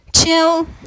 chill